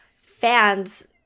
fans